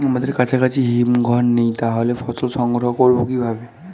আমাদের কাছাকাছি হিমঘর নেই তাহলে ফসল সংগ্রহ করবো কিভাবে?